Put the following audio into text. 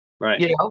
Right